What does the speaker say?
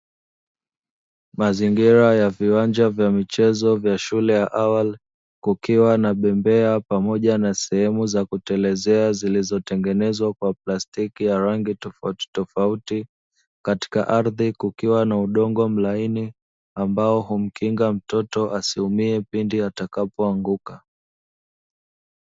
Mazingira ya viwanja vya michezo vya shule ya awali, kukiwa na bembea pamoja na sehemu za kutelezea zilizotengenezwa kwa plastiki ya rangi tofauti tofauti, katika ardhi kukiwa na udongo mlaini, ambao humkinga mtoto asiumie pindi atakapoanguka.